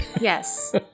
yes